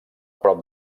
prop